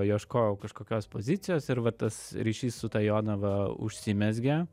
ieškojau kažkokios pozicijos ir vat tas ryšys su ta jonava užsimezgė